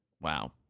Wow